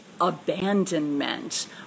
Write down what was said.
abandonment